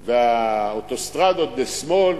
וה"אוטוסטרדות" משמאל,